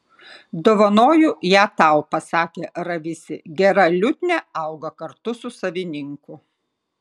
dovanoju ją tau pasakė ravisi gera liutnia auga kartu su savininku